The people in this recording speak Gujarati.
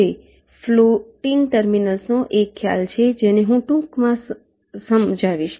હવે ફ્લોટિંગ ટર્મિનલ્સનો એક ખ્યાલ છે જેને હું ટૂંક સમયમાં સમજાવીશ